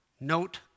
note